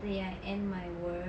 till I end my work